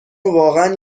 واقعا